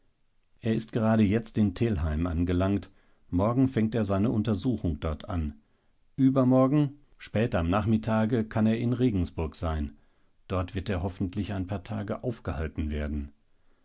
er ist gerade jetzt in telheim angelangt morgen fängt er seine untersuchung dort an übermorgen spät am nachmittage kann er in regensburg sein dort wird er hoffentlich ein paar tage aufgehalten werden